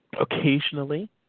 occasionally